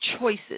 choices